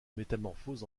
métamorphose